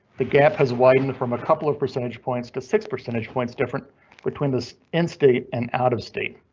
the gap has widened from a couple of percentage points to six percentage points different between the in state and out of state.